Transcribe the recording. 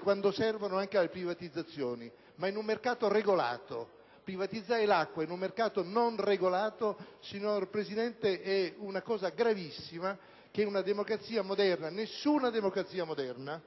quando servono anche alle privatizzazioni, ma in un mercato regolato: privatizzare l'acqua in un mercato non regolato, signor Presidente, è una cosa gravissima che nessuna democrazia moderna